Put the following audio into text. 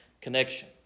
connection